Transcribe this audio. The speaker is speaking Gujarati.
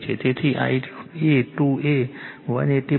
તેથી Ia 2 એ 180